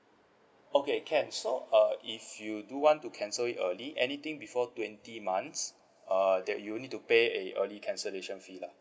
okay can so uh if you do want to cancel it early anything before twenty months uh that you need to pay a early cancellation fee lah